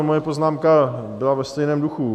Moje poznámka byla ve stejném duchu.